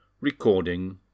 Recording